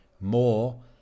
more